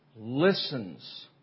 listens